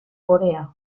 corea